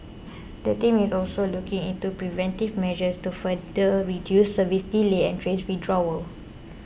the team is also looking into preventive measures to further reduce service delays and train withdrawals